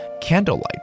candlelight